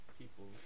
people